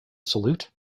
salute